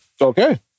Okay